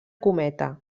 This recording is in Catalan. cometa